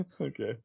Okay